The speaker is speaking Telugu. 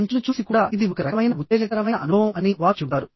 మంచును చూసి కూడా ఇది ఒక రకమైన ఉత్తేజకరమైన అనుభవం అని వారు చెబుతారు